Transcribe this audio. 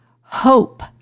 hope